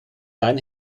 rein